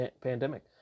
pandemic